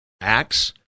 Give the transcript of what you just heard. Acts